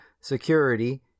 security